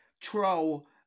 troll